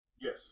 Yes